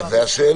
אז זאת השאלה.